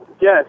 Yes